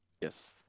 Yes